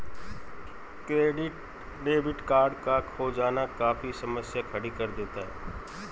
credit debit card का खो जाना काफी समस्या खड़ी कर देता है